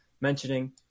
mentioning